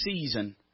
season